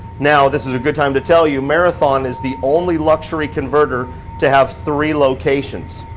now this is a good time to tell you, marathon is the only luxury converter to have three locations.